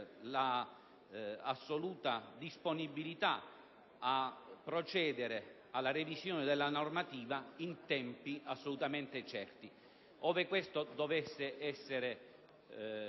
la piena disponibilità a procedere alla revisione della normativa in tempi assolutamente certi. Ove questa richiesta dovesse essere